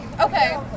Okay